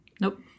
Nope